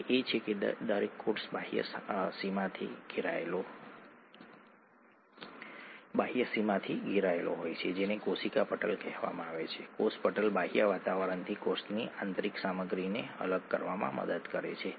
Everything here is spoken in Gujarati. તેથી આ રીતે અહીં ડબલ સ્ટ્રાન્ડની રચના થઈ રહી છે અને આ ડબલ સ્ટ્રાન્ડ તેના વિવિધ કાર્યો માટે જરૂરી બની જાય છે